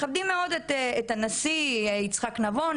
מכבדים מאוד את הנשיא יצחק נבון,